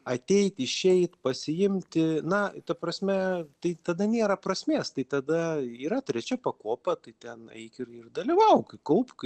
ateit išeit pasiimti na ta prasme tai tada nėra prasmės tai tada yra trečia pakopa tai ten eik ir ir dalyvauk kaupk